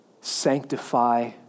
sanctify